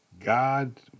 God